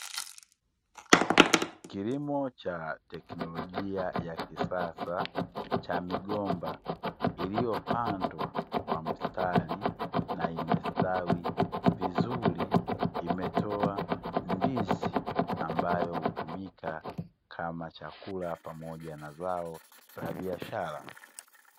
Kilimo cha teknolojia ya kisasa cha migomba iliyopandwa kwa mstari na imestawi vizuri. Imetoa ndizi ambayo hutumika kama chakula pamoja na zao la biashara.